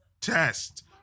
test